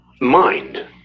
mind